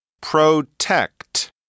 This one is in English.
Protect